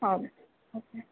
ಹೌದು ಓಕೆ